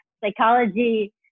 psychology